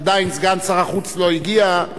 עדיין סגן שר החוץ לא הגיע,